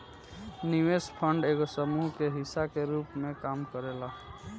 निवेश फंड एगो समूह के हिस्सा के रूप में काम करेला